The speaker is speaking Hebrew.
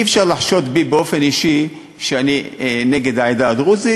אי-אפשר לחשוד בי באופן אישי שאני נגד העדה הדרוזית.